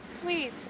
please